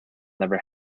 never